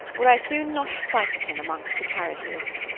where i soon lost sight of him among the carriages.